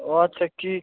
ও আচ্ছা কী